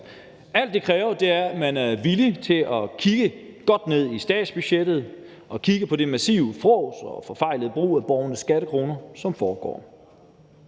det, det kræver, er, at man er villig til at kigge godt ned i statsbudgettet og kigge på det massive frås og den forfejlede brug af borgernes skattekroner, som foregår.